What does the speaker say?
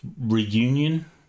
reunion